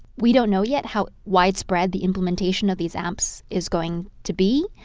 we don't know yet how widespread the implementation of these apps is going to be,